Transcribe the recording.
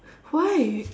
why